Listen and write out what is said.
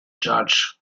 judge